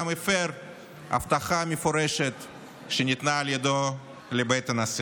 הפר הבטחה מפורשת שניתנה על ידיו לבית הנשיא.